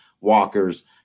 Walker's